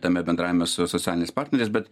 tame bendravime su socialiniais partneriais bet